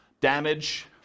Damage